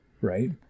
Right